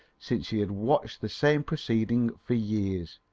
since she had watched the same proceeding for years,